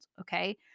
Okay